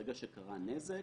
ברגע שקרה נזק,